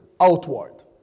outward